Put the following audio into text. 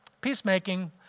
Peacemaking